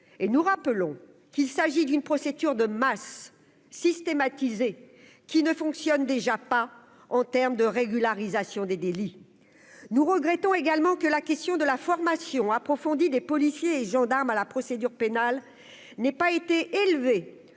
et nous rappelons qu'il s'agit d'une procédure de masse systématiser qui ne fonctionnent déjà pas en terme de régularisation des délits, nous regrettons également que la question de la formation approfondie des policiers et gendarmes à la procédure pénale n'ait pas été élevé